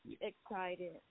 excited